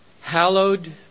hallowed